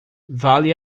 vale